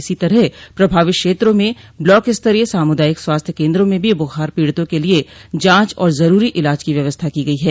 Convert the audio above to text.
इसी तरह प्रभावित क्षेत्रों में ब्लाक स्तरीय सामुदायिक स्वास्थ्य केन्द्रों में भी ब्रखार पीड़िता के लिए जांच और जरूरी इलाज की व्यवस्था की गई है